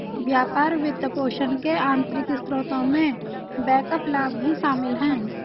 व्यापार वित्तपोषण के आंतरिक स्रोतों में बैकअप लाभ भी शामिल हैं